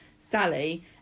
Sally